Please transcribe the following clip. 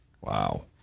Wow